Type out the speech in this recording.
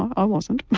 i wasn't.